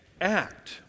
act